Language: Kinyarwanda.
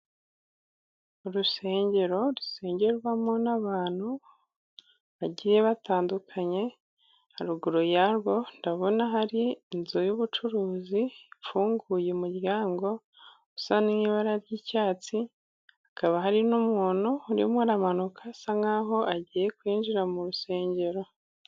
Urusengero rusengerwamo n'abantu bagiye batandukanye, haruguru yarwo ndabona hari inzu y'ubucuruzi, ifunguye umuryango usa n'ibara ry'icyatsi, hakaba hari n'umuntu urimo amanuka, asa nk'aho agiye kwinjira mu rusengero.